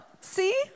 see